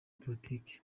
politiki